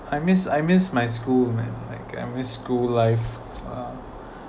I miss I miss my school like like I missed school like um